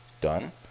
done